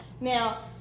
Now